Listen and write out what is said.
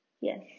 yes